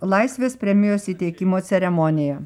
laisvės premijos įteikimo ceremonija